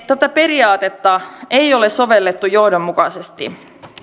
tätä periaatetta ei ole sovellettu johdonmukaisesti